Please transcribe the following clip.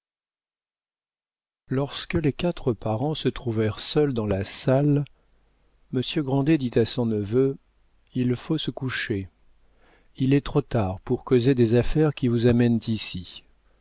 lorsque les quatre parents se trouvèrent seuls dans la salle monsieur grandet dit à son neveu il faut se coucher il est trop tard pour causer des affaires qui vous amènent ici